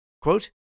Quote